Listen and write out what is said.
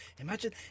Imagine